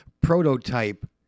prototype